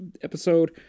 episode